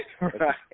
right